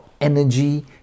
energy